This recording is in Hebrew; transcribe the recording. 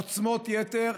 עוצמות יתר.